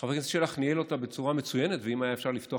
שחבר הכנסת שלח ניהל אותה בצורה מצוינת ואם היה אפשר לפתוח